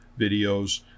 videos